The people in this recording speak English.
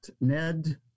Ned